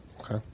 Okay